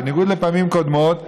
בניגוד לפעמים קודמות,